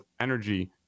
energy